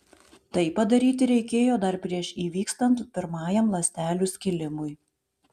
tai padaryti reikėjo dar prieš įvykstant pirmajam ląstelių skilimui